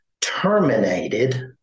terminated